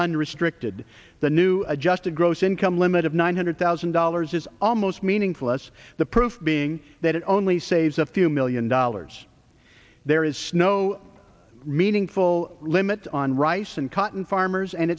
unrestricted the new adjusted gross income limit of one hundred thousand dollars is almost meaningless the proof being that it only saves a few million dollars there is snow meaningful limits on rice and cotton farmers and